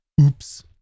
Oops